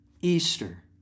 Easter